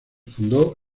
fundó